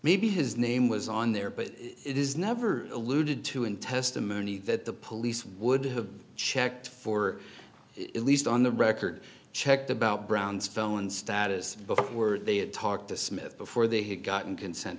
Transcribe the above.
maybe his name was on there but it is never alluded to in testimony that the police would have checked for it least on the record checked about brown's phone status before they had talked to smith before they had gotten consent